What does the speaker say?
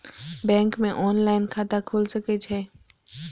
Bank में online खाता खुल सके छे?